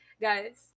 guys